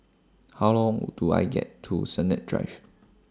How Long Do I get to Sennett Drive